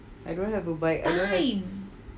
I don't have a bike I don't have